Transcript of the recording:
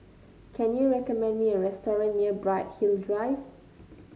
can you recommend me a restaurant near Bright Hill Drive